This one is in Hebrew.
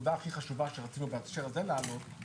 הנקודה הכי חשובה שרצינו להעלות בהקשר הזה,